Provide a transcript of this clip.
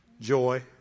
joy